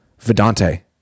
Vedante